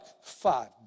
five